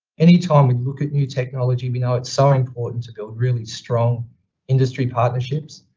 anytime we look at new technology, we know it's so important to build really strong industry partnerships.